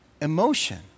emotion